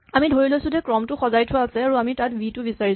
আমি ধৰি লৈছো যে ক্ৰমটো সজাই থোৱা আছে আৰু আমি তাত ভি টো বিচাৰিছো